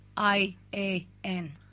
I-A-N